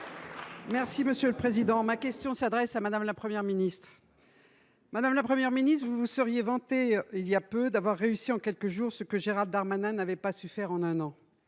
et Républicain. Ma question s’adresse à Mme la Première ministre. Madame la Première Ministre, vous vous seriez vantée, il y a peu, d’avoir réussi en quelques jours ce que Gérald Darmanin n’avait pas su faire en un an.